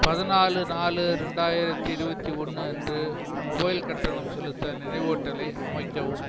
பதினாலு நாலு ரெண்டாயிரத்தி இருபத்தி ஒன்று அன்று மொபைல் கட்டணம் செலுத்த நினைவூட்டலை அமைக்கவும்